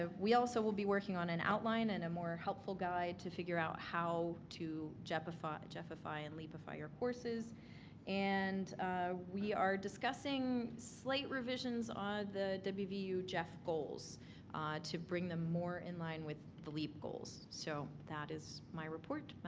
ah we also will be working on an outline and a more helpful guide to figure out how to gef-ify gef-ify and leap-ify your courses and we are discussing slight revisions on the the wvu gef goals to bring them more in line with the leap goals. so that is my report,